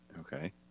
Okay